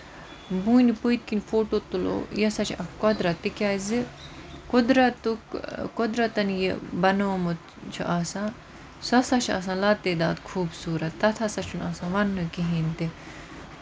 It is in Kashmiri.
بونہِ پٔتۍ کِنۍ فوٹو تُلو یہِ ہسا چھِ اکہ قۄدرَت تِکیازِ قۄدرَتُک قۄدرَتن یہِ بَنوومُت چھُ آسان سُہ ہسا چھُ آسان لاتعداد خوٗبصوٗرت تَتھ ہسا چھُنہٕ آسان وَننُے کِہینۍ تہِ